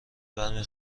برمی